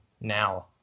now